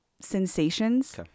sensations